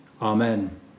Amen